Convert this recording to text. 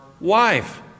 wife